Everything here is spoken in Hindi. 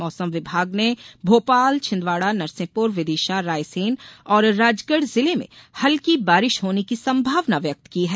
मौसम विभाग ने भोपाल छिदवाडा नरसिंहपुर विदिशा रायसेन और राजगढ़ जिले में हल्की बारिश होने की संभावना व्यक्त की है